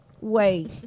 Wait